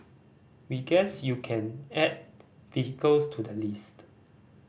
we guess you can add vehicles to the list